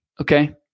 Okay